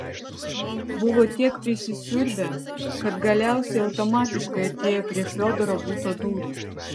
buvo tiek prisisiurbę kad galiausiai automatiškai atėjo prie fiodoro buto durų